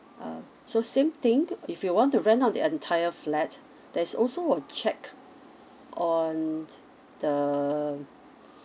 uh so same thing if you want to rent out the entire flat there is also a check on the